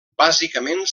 bàsicament